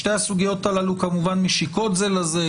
שתי הסוגיות הללו כמובן משיקות זו לזו,